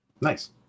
Nice